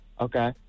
Okay